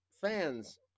fans